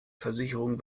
versicherung